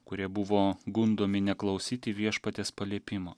kurie buvo gundomi neklausyti viešpaties paliepimo